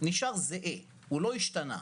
נשאר זהה, הוא לא השתנה.